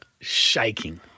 shaking